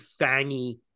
fangy